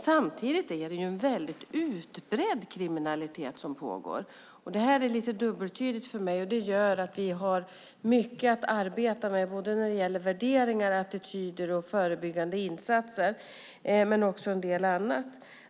Samtidigt är det en väldigt utbredd kriminalitet som pågår. Det är lite dubbeltydigt för mig, och det gör att vi har mycket att arbeta med när det gäller värderingar, attityder, förebyggande insatser och en del annat.